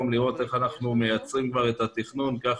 לראות איך אנחנו מייצרים כבר את התכנון כך